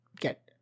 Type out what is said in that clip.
get